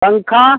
पंखा